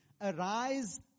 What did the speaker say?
Arise